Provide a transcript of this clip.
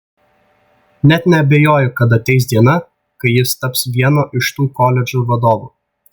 net neabejoju kad ateis diena kai jis taps vieno iš tų koledžų vadovu